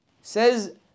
says